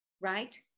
right